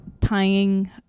tying